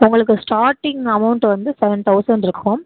உங்களுக்கு starting amount வந்து seven தௌசண்டிருக்கும்